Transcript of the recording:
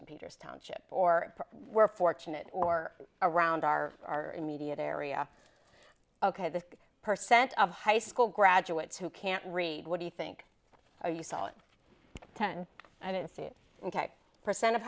of peters township or we're fortunate or around our immediate area ok the percent of high school graduates who can't read what do you think or you saw it ten i don't see it percent of